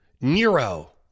Nero